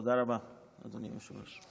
תודה רבה, אדוני היושב-ראש.